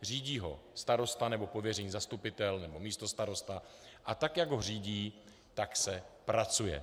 Řídí ho starosta nebo pověřený zastupitel nebo místostarosta, a tak jak ho řídí, tak se pracuje.